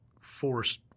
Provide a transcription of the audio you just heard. forced